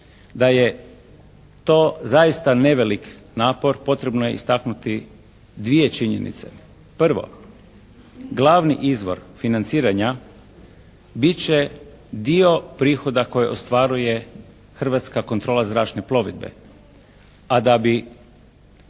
da je to zaista nevelik napor potrebno je istaknuti dvije činjenice. Prvo, glavni izvor financiranja bit će dio prihoda koji ostvaruje Hrvatska kontrola zračne plovidbe, a da bi